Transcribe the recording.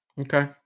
Okay